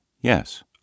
yes